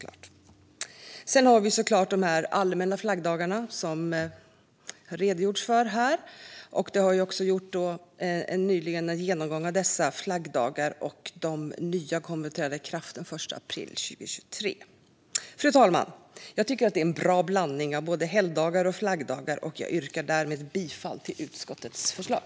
Sedan har vi de allmänna flaggdagarna, som redogjorts för här. Det har nyligen gjorts en genomgång av dessa flaggdagar. De nya kommer att träda i kraft den 1 april 2023. Fru talman! Jag tycker att det är en bra blandning av både helgdagar och flaggdagar. Jag yrkar därmed bifall till utskottets förslag.